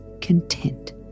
content